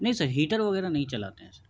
نہیں sir heater وغیرہ نہیں چلاتے ہیں سر